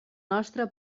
nostre